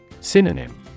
Synonym